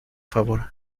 favor